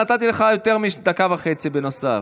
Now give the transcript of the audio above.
נתתי לך יותר מדקה וחצי בנוסף.